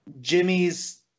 jimmy's